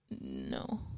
No